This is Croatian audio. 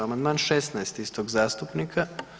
Amandman 16 istog zastupnika.